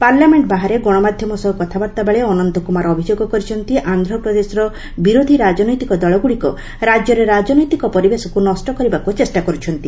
parliament ବାହାରେ ଗଣମାଧ୍ୟମ ସହ କଥାବାର୍ତ୍ତାବେଳେ ଅନନ୍ତ କୁମାର ଅଭିଯୋଗ କରିଛନ୍ତି ଆନ୍ଧ୍ରପ୍ରଦେଶର ବିରୋଧି ରାଜନୈତିକ ଦଳଗୁଡ଼ିକ ରାଜ୍ୟରେ ରାଜନୈତିକ ପରିବେଶକୁ ନଷ୍ଟ କରିବାକୁ ଚେଷ୍ଟା କରୁଛନ୍ତି